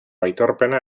aitorpena